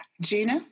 Gina